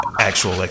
actual